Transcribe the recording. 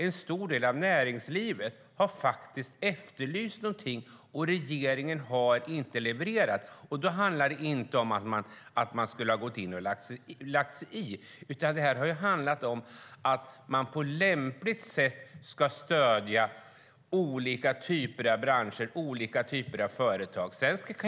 En stor del av näringslivet har efterlyst något, och regeringen har inte levererat. Då handlar det inte om att man skulle ha gått in och lagt sig i, utan det har handlat om att man på lämpligt sätt ska stödja olika typer av branscher och företag.